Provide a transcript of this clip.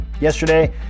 Yesterday